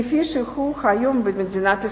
כפי שהוא היום במדינת ישראל.